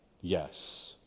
Yes